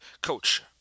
coach